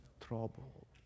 trouble